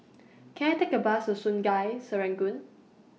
Can I Take A Bus to Sungei Serangoon